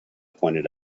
pointed